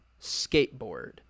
Skateboard